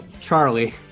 Charlie